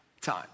time